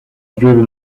driven